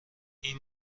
این